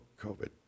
COVID